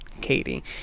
Katie